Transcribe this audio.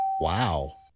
Wow